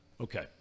Okay